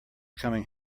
coming